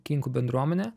kinkų bendruomenė